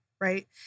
right